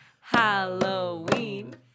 Halloween